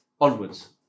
Onwards